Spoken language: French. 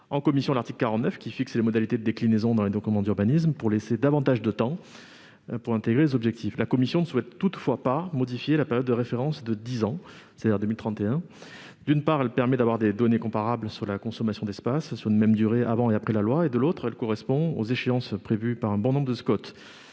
en commission l'article 49, qui fixe les modalités de déclinaison dans les documents d'urbanisme afin de laisser davantage de temps pour intégrer les objectifs. La commission ne souhaite toutefois pas modifier la période de référence de dix ans, c'est-à-dire jusqu'en 2031. D'une part, elle permet d'avoir des données comparables sur la consommation d'espace sur une même durée, avant et après la loi. D'autre part, elle correspond aux échéances prévues par un bon nombre de SCoT.